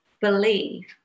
believe